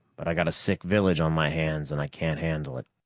but i got a sick village on my hands and i can't handle it.